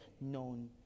known